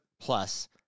plus